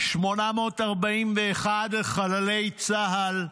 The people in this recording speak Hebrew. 841 חללי צה"ל,